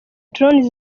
drones